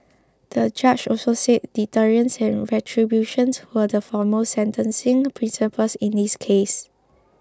the judge also said deterrence and retributions were the foremost sentencing principles in this case